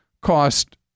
cost